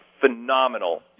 phenomenal